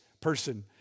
person